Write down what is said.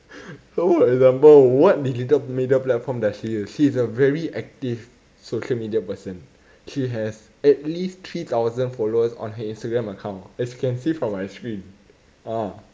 so for example what digital media platform does she use she is a very active social media person she has at least three thousand followers on her instagram account as you can see from my screen ah